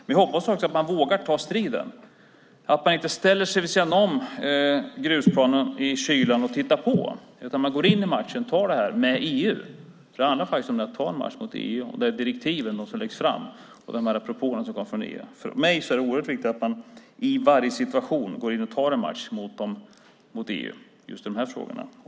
Men jag hoppas också att man vågar ta striden och att man inte ställer sig vid sidan om grusplanen i kylan och tittar på utan att man går in i matchen och tar detta med EU. Det handlar faktiskt om att ta en match mot EU och de direktiv och propåer som läggs fram. För mig är det oerhört viktigt att man i varje situation går in och tar en match mot EU just i dessa frågor.